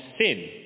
sin